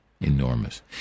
enormous